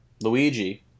Luigi